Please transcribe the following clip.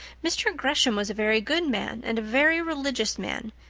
mr. gresham was a very good man and a very religious man,